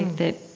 that